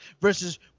Versus